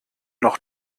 noch